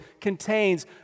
contains